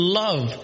love